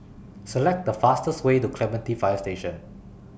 Select The fastest Way to Clementi Fire Station